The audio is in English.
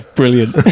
brilliant